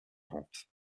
hampe